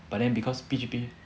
but then because P_G_P